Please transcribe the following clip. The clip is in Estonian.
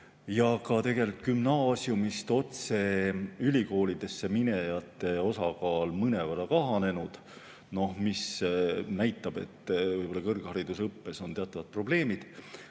ja tegelikult gümnaasiumist otse ülikooli minejate osakaal mõnevõrra kahanenud, mis näitab, et võib-olla kõrgharidusõppes on teatavad probleemid.